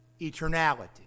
eternality